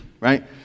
right